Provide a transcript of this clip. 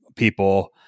people